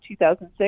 2006